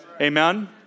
Amen